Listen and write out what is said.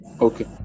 Okay